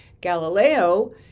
Galileo